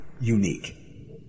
unique